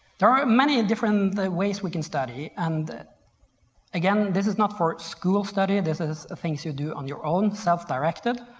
there are many different ways we can study and again this is not for school study. this is things you do on your own, self-directed.